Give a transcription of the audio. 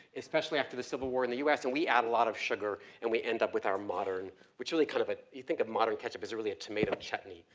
especially after the civil war in the us. and we add a lot of sugar, and we end up with our modern, which really kind of a, you think of modern ketchup as really a tomato chutney.